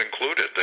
included